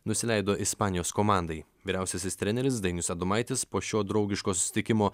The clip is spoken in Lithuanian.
nusileido ispanijos komandai vyriausiasis treneris dainius adomaitis po šio draugiško susitikimo